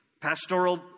pastoral